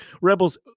Rebels